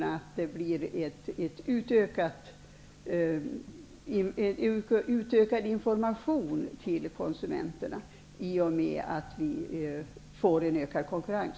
Det kommer att bli fråga om en utökad information till konsumenterna i och med att vi få en ökad konkurrens.